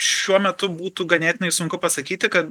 šiuo metu būtų ganėtinai sunku pasakyti kad